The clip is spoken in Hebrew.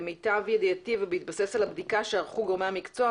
למיטב ידיעתי ובהתבסס על הבדיקה שערכו גורמי המקצוע,